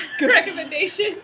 recommendation